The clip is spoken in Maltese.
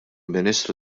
ministru